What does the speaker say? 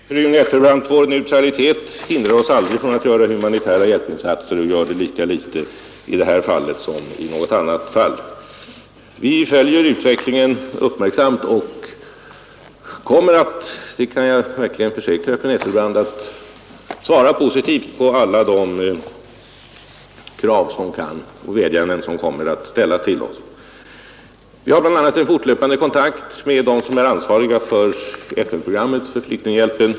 Herr talman! Nej, fru Nettelbrandt, vår neutralitet hindrar oss aldrig från att göra humanitära hjälpinsatser och gör det lika litet i detta som i något annat fall. Vi följer utvecklingen uppmärksamt och kommer att — det kan jag verkligen försäkra fru Nettelbrandt — att svara positivt på alla de krav och vädjanden som kommer att ställas till oss. Vi har bl.a. en fortlöpande kontakt med dem som är ansvariga för FN-programmet för flyktinghjälpen.